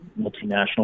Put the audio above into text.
multinational